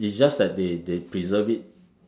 it's just that they they preserve it